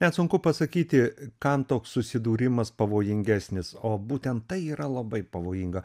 net sunku pasakyti kam toks susidūrimas pavojingesnis o būtent tai yra labai pavojinga